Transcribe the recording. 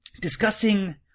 discussing